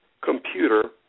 computer